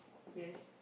yes